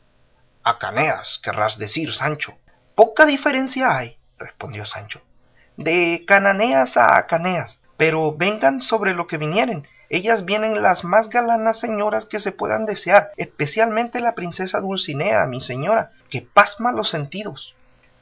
hacaneas querrás decir sancho poca diferencia hay respondió sancho de cananeas a hacaneas pero vengan sobre lo que vinieren ellas vienen las más galanas señoras que se puedan desear especialmente la princesa dulcinea mi señora que pasma los sentidos